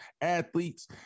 athletes